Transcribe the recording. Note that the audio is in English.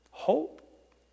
hope